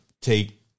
take